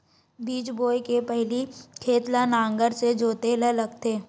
बीज बोय के पहिली खेत ल नांगर से जोतेल लगथे?